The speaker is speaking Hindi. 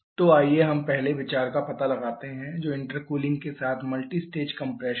तो आइए हम पहले विचार का पता लगाते हैं जो इंटरकूलिंग के साथ मल्टीस्टेज कम्प्रेशन है